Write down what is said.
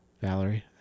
Valerie